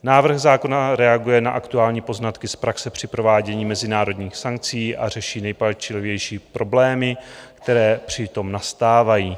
Návrh zákona reaguje na aktuální poznatky z praxe při provádění mezinárodních sankcí a řeší nejpalčivější problémy, které při tom nastávají.